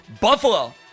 Buffalo